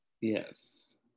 Yes